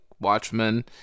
Watchmen